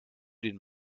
den